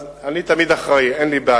אז אני תמיד אחראי, אין לי בעיה.